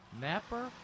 Napper